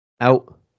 out